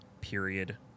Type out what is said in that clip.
period